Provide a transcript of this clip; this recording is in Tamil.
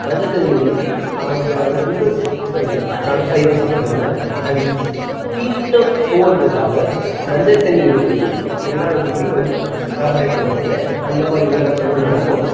மஞ்சள் தண்ணி ஊற்றி அவங்க வந்து ஸ் காலில் சைவம் சாப்பிட்ருவாங்க அது தீட்டும் போகிறதுக்காக மஞ்சள் தண்ணி ஊற்றி எல்லார் வீட்லேயும் வந்து செலப்ரேட் பண்ணுவாங்க அந்த மாதிரி விழாக்களும் நடக்கும்